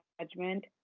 judgment